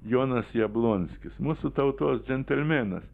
jonas jablonskis mūsų tautos džentelmenas